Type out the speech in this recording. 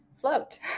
float